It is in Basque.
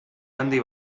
handi